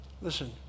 Listen